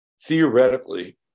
theoretically